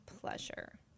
pleasure